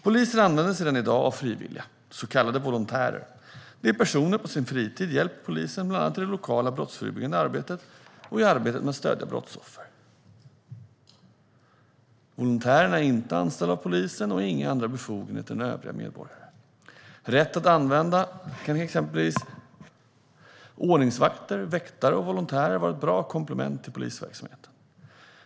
Polisen använder sig redan i dag av frivilliga, så kallade volontärer. Det är personer som på sin fritid hjälper polisen, bland annat i det lokala brottsförebyggande arbetet och i arbetet med att stödja brottsoffer. Volontärerna är inte anställda av polisen och har inga andra befogenheter än övriga medborgare. Rätt använda kan exempelvis ordningsvakter, väktare och volontärer vara ett bra komplement till polisverksamheten.